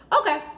Okay